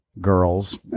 girls